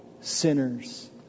sinners